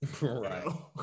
Right